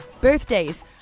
Birthdays